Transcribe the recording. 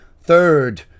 third